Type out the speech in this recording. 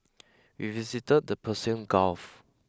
we visited the Persian Gulf